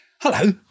Hello